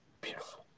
Beautiful